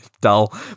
dull